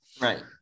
Right